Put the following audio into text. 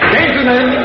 Gentlemen